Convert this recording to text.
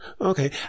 Okay